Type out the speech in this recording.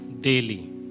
daily